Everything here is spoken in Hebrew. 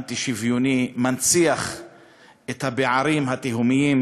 אנטי-שוויוני, מנציח את הפערים התהומיים